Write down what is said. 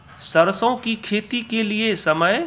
सरसों की खेती के लिए समय?